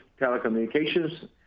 Telecommunications